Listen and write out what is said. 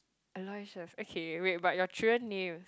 Aloysius okay wait but your children name